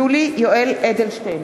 יולי יואל אדלשטיין,